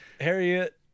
Harriet